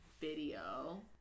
video